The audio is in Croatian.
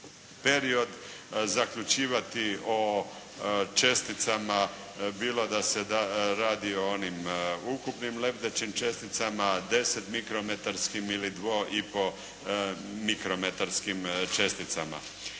period zaključivati o česticama, bilo da se radi o onim ukupnim lebdećim česticama, 10 mikrometarskim ili 2,5 mikrometarskim česticama.